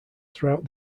throughout